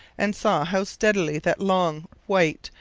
and saw how steadily that long, white,